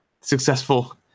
successful